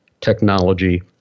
technology